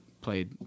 played